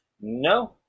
No